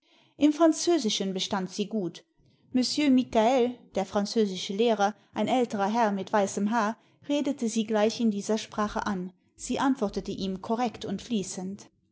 im französischen bestand sie gut monsieur michael der französische lehrer ein älterer herr mit weißem haar redete sie gleich in dieser sprache an sie antwortete ihm korrekt und fließend